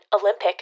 Olympic